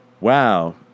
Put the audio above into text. Wow